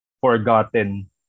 forgotten